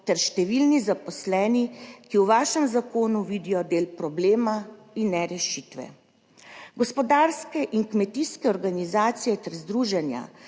ter številni zaposleni, ki v vašem zakonu vidijo del problema in ne rešitve gospodarske in kmetijske organizacije ter združenja.